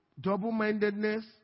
double-mindedness